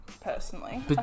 Personally